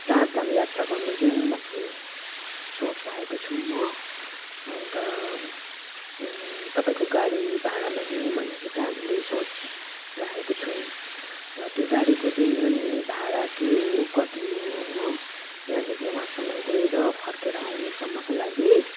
चारधाम यात्रा गर्न जाउँ भन्ने सोच राखेको छौँ हो अन्त तपाईँको गाडी भाडामा लिउँ भनेर चाहिँ हामीले सोच राखेको छौँ र त्यो गाडीको चाहिँ अनि भाडा के हो कति हो हो यहाँदेखि वहाँसम्म गएर फर्केर आउनुसम्मको लागि